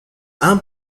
han